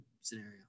scenario